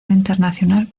internacional